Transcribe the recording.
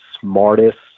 smartest